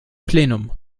plenum